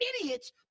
idiots